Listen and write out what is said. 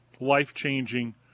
life-changing